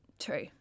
true